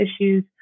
issues